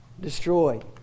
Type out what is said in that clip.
destroyed